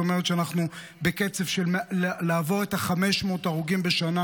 זאת אומרת שאנחנו בקצב לעבור את ה-500 הרוגים בשנה.